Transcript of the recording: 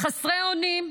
חסרי אונים,